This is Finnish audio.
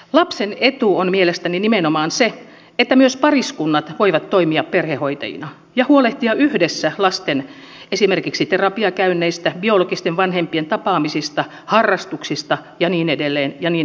lapsen etu on mielestäni nimenomaan se että myös pariskunnat voivat toimia perhehoitajina ja huolehtia yhdessä esimerkiksi lasten terapiakäynneistä biologisten vanhempien tapaamisista harrastuksista ja niin edelleen ja niin edelleen